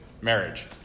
marriage